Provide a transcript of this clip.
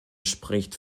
spricht